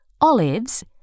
olives